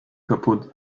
kaputt